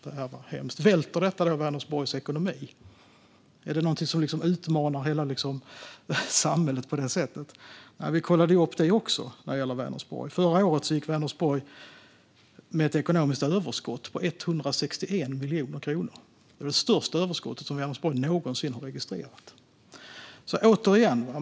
Det här var hemskt. Välter detta då Vänersborgs ekonomi? Är det någonting som liksom utmanar hela samhället? Vi kollade upp detta när det gäller Vänersborg, och förra året gick Vänersborg med ett ekonomiskt överskott på 161 miljoner kronor. Det var det största överskottet som Vänersborg någonsin har registrerat.